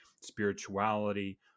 spirituality